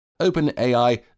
OpenAI